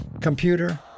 computer